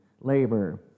Labor